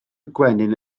gwenyn